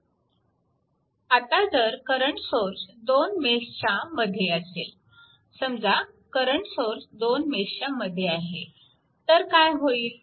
आता जर current source दोन मेशच्यामध्ये असेल समजा करंट सोर्स दोन मेशच्यामध्ये आहे तर काय होईल